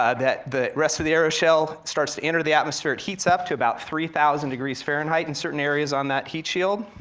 ah the rest of the aeroshell starts to enter the atmosphere, it heats up to about three thousand degrees fahrenheit in certain areas on that heat shield.